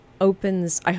opens